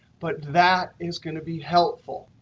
but that is going to be helpful.